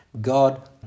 God